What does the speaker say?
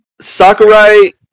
Sakurai